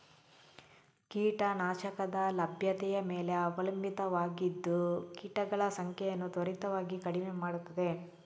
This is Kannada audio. ಕೀಟ ನಾಶಕದ ಲಭ್ಯತೆಯ ಮೇಲೆ ಅವಲಂಬಿತವಾಗಿದ್ದು ಕೀಟಗಳ ಸಂಖ್ಯೆಯನ್ನು ತ್ವರಿತವಾಗಿ ಕಡಿಮೆ ಮಾಡುತ್ತದೆ